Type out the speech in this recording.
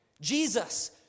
Jesus